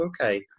okay